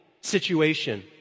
situation